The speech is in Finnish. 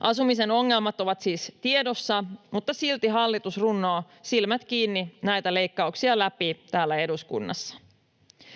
Asumisen ongelmat ovat siis tiedossa, mutta silti hallitus runnoo silmät kiinni näitä leikkauksia läpi täällä eduskunnassa.